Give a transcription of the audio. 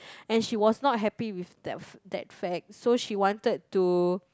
and she was not happy with that f~ that fact so she wanted to